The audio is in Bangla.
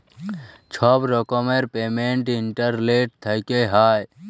ছব রকমের পেমেল্ট ইলটারলেট থ্যাইকে হ্যয়